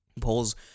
polls